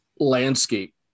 landscape